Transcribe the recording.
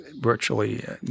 virtually